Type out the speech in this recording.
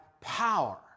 power